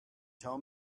tell